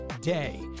day